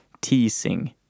teasing